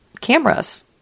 cameras